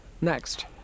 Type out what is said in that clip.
Next